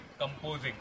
composing